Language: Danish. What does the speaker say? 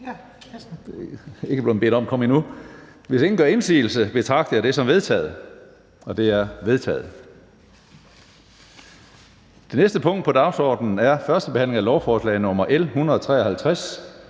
Hvis ingen gør indsigelse, betragter jeg det som vedtaget. Det er vedtaget. --- Det sidste punkt på dagsordenen er: 12) 1. behandling af beslutningsforslag nr.